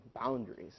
boundaries